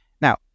Now